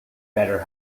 better